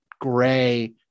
gray